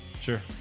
Sure